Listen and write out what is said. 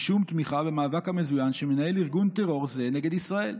משום תמיכה במאבק המזוין שמנהל ארגון טרור זה נגד ישראל.